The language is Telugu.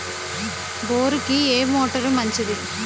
బోరుకి ఏ మోటారు మంచిది?